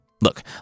Look